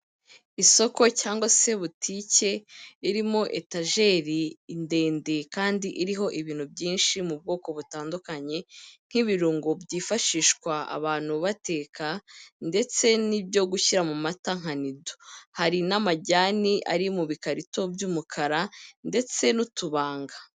Isoko cyangwa se butike irimo etajeri ndende kandi iriho ibintu byinshi mu bwoko butandukanye nk'ibirungo byifashishwa abantu bateka ndetse n'ibyo gushyira mu mata nka nido, hari n'amajyane ari mu bikarito by'umukara ndetse n'utubanga.